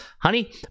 honey